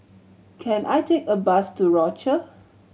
can I take a bus to Rochor